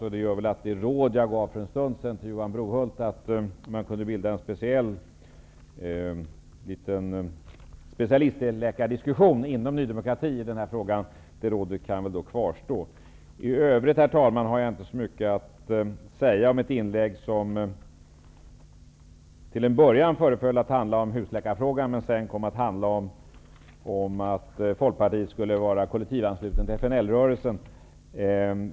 Det gör väl att det råd jag gav till Johan Brohult för en stund sedan, att man kunde ha en speciell liten specialistläkardiskussion inom Ny demokrati i den här frågan, kan kvarstå. Herr talman! I övrigt har jag inte så mycket att säga om ett inlägg som till en början föreföll att handla om husläkarfrågan, men sedan kom att handla om att Folkpartiet skulle ha varit kollektivanslutet till FNL-rörelsen.